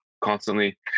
constantly